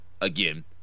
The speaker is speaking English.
again